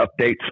updates